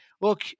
Look